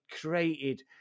created